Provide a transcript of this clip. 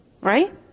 right